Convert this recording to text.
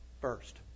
first